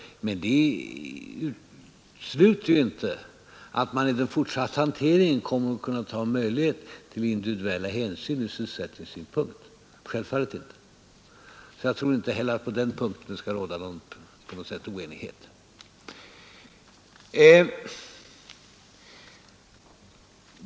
Men det utesluter inte att man i den fortsatta hanteringen kommer att ha möjlighet att ta individuella hänsyn ur sysselsättningssynpunkt. Självfallet inte. Jag tror inte heller att det på den punkten skall råda någon oenighet.